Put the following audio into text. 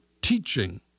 teaching